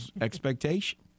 expectation